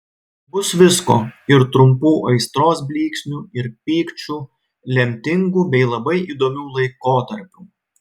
bus visko ir trumpų aistros blyksnių ir pykčių lemtingų bei labai įdomių laikotarpių